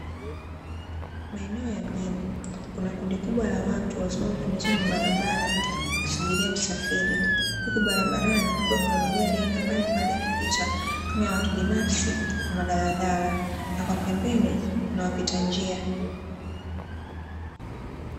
Maeneo ya mjini, kuna kundi kubwa la watu waliosimama pembezoni mwa barabara wakisubiria usafiri, huku barabarani kukiwa kuna magari ya aina mbalimbali yakipita kama, ya watu binafsi na madaladala; na kwa pembeni kuna wapita njia.